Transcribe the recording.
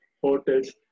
hotels